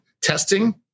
testing